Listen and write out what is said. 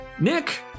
Nick